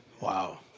Wow